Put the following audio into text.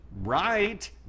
Right